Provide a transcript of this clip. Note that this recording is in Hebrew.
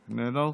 איננו.